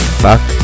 fuck